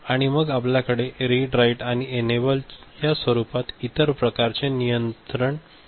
आणि मग आपल्याकडे रीड राईट आणि एनेबल या स्वरूपात इतर प्रकारचे नियंत्रण इनपुट आहेत